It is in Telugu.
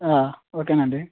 ఓకే అండి